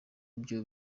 ibyo